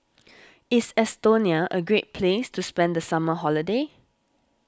is Estonia a great place to spend the summer holiday